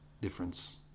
difference